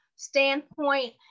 standpoint